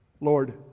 Lord